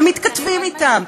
ומתכתבים אתם,